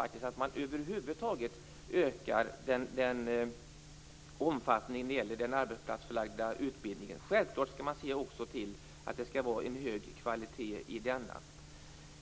viktigt att man över huvud taget ökar omfattningen av den arbetsplatsförlagda utbildningen. Man skall självfallet också se till att det är en hög kvalitet i denna.